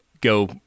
go